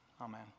Amen